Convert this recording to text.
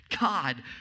God